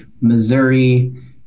Missouri